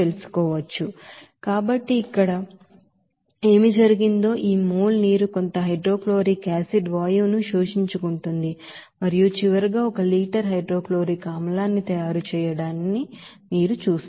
కాబట్టి ఇక్కడ ఏమి జరిగిందో ఈ మోల్ నీరు కొంత హైడ్రోక్లోరిక్ యాసిడ్ గ్యాస్ ను అబ్సర్బ్ చేసుకుంటుంది మరియు చివరగా ఒక లీటర్ హైడ్రోక్లోరిక్ ఆసిడ్ న్ని తయారు చేయడాన్ని మీరు చూస్తారు